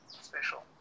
special